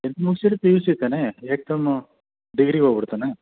tenth ಮುಗಿಸಿದ್ರೆ P U C ತಾನೆ ಏಕ್ ದಮ್ ಡಿಗ್ರೀ ಹೋಗ್ಬಿಡ್ತಾನಾ